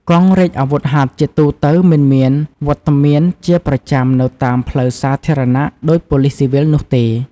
កងរាជអាវុធហត្ថជាទូទៅមិនមានវត្តមានជាប្រចាំនៅតាមផ្លូវសាធារណៈដូចប៉ូលិសស៊ីវិលនោះទេ។